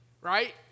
right